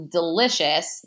delicious